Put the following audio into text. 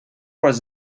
was